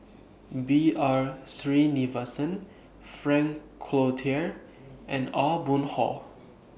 B R Sreenivasan Frank Cloutier and Aw Boon Haw